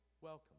Welcome